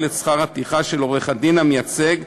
את שכר הטרחה של עורך-הדין המייצג,